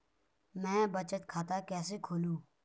मैं बचत खाता कैसे खोलूँ?